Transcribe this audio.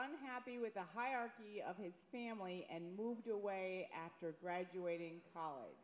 i'm happy with the hierarchy of his family and moved away after graduating college